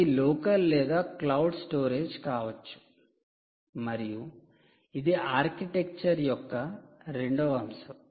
ఇది లోకల్ లేదా cloud storage కావచ్చు మరియు ఇది ఆర్కిటెక్చర్ యొక్క రెండవ అంశం